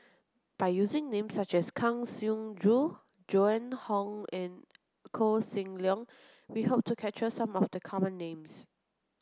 by using names such as Kang Siong Joo Joan Hon and Koh Seng Leong we hope to capture some of the common names